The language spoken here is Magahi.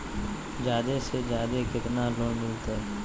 जादे से जादे कितना लोन मिलते?